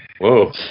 Whoa